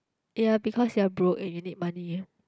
ya because you're broke and you need money